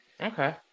Okay